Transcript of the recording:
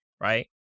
right